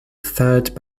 third